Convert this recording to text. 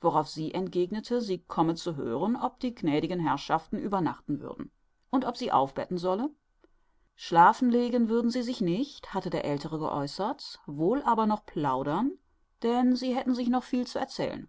worauf sie entgegnete sie komme zu hören ob die gnädigen herrschaften übernachten würden und ob sie aufbetten solle schlafen legen würden sie sich nicht hatte der aeltere geäußert wohl aber noch plaudern denn sie hätten sich noch viel zu erzählen